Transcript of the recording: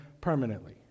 permanently